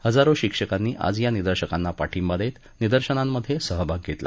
हजारो शिक्षकांनी आज या निदर्शकांना पाठिंबा देत निदर्शनात सहभाग घेतला